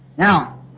Now